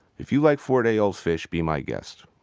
if you like four-day-old fish, be my guest.